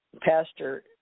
Pastor